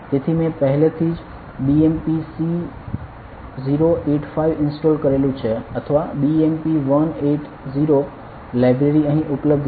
તેથી મેં પહેલાથી જ BMPc085 ઇન્સ્ટોલ કરેલુ છે અથવા BMP180 લાઇબ્રેરી અહીં ઉપલબ્ધ છે